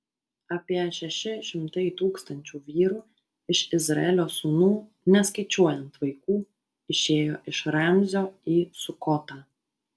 apie šeši šimtai tūkstančių vyrų iš izraelio sūnų neskaičiuojant vaikų išėjo iš ramzio į sukotą